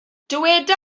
dyweda